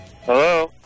Hello